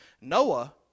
Noah